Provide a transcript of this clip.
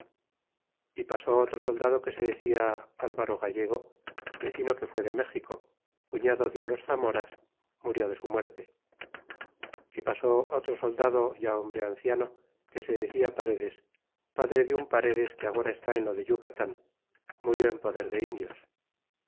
e pasó otro soldado que se decía alvaro gallego vecino que fuó de méxico cuñado de unos zamoras murió de su muerte é pasó otro soldado ya hombre anciano que se decia paredes padre de un paredes que agora está en lo de yucatan murió en poder de indios